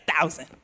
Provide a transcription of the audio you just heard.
thousand